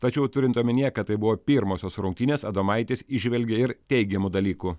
tačiau turint omenyje kad tai buvo pirmosios rungtynės adomaitis įžvelgė ir teigiamų dalykų